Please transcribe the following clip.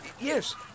Yes